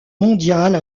mondiale